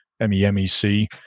M-E-M-E-C